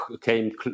came